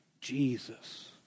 Jesus